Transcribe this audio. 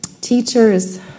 Teachers